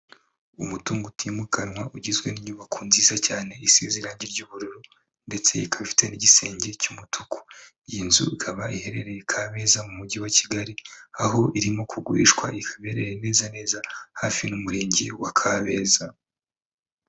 Umutungo utimukanwa ugizwe n'inyubako nziza cyane isize irangi ry'ubururu, ndetse ikafite n'igisenge cy'umutuku, iyi nzu ikaba iherereye Kabeza mu Mujyi wa Kigali, aho irimo kugurishwa ikaba iherereye neza neza hafi n'umurenge wa Kabeza.